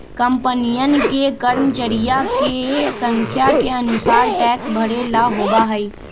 कंपनियन के कर्मचरिया के संख्या के अनुसार टैक्स भरे ला होबा हई